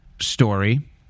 story